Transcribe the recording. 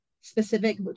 specific